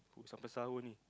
oh sampai sahur ini